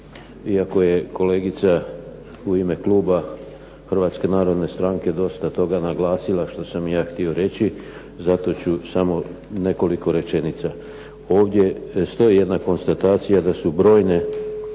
Iako je kolegica u ime kluba Hrvatske narodne stranke dosta toga naglasila što sam i ja htio reći, zato ću samo nekoliko rečenica. Ovdje stoji jedna konstatacija da su brojne